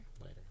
Later